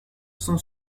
sont